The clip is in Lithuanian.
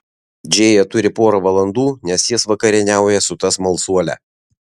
džėja turi porą valandų nes jis vakarieniauja su ta smalsuole